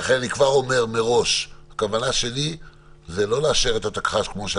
ולכן אני כבר אומר מראש שהכוונה שלי היא לא לאשר את התקש"ח